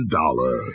dollar